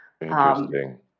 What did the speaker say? Interesting